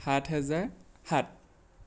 সাত হেজাৰ সাত